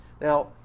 Now